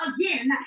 again